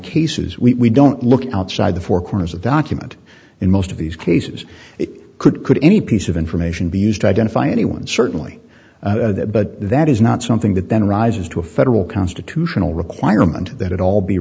cases we don't look outside the four corners of the document in most of these cases it could could any piece of information be used to identify anyone certainly but that is not something that then rises to a federal constitutional requirement that all be